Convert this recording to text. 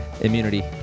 Immunity